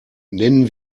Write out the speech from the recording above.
nennen